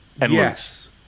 Yes